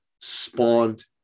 spawned